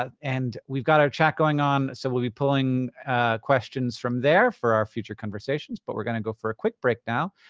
and we've got our chat going on, so we'll be pulling questions from there for our future conversations. but we're gonna go for a quick break now,